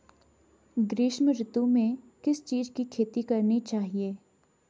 ग्रीष्म ऋतु में किस चीज़ की खेती करनी चाहिये?